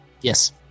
Yes